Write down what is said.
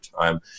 time